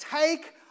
Take